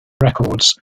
records